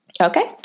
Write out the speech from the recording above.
Okay